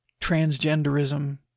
transgenderism